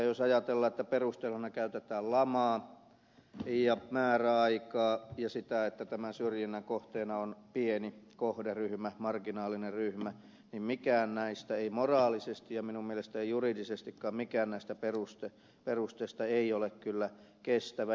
jos ajatellaan että perusteena käytetään lamaa ja määräaikaa ja sitä että tämän syrjinnän kohteena on pieni kohderyhmä marginaalinen ryhmä niin mikään näistä perusteluista ei moraalisesti ja minun mielestäni ei juridisestikaan mikään näistä perustuu perusteista ei ole kyllä kestävä